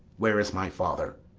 where is my father?